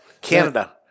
Canada